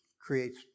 creates